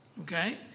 okay